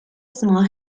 small